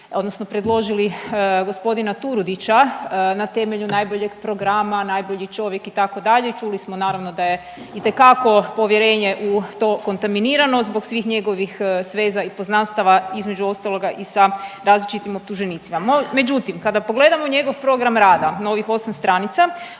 odnosno predložili gospodina Turudića na temelju najboljeg programa, najbolji čovjek itd., čuli smo naravno da je itekako povjerenje u to kontaminirano zbog svih njegovih sveza i poznanstava između ostaloga i sa različitim optuženicima. Međutim, kada pogledamo njegov program rada na ovih 8 stranica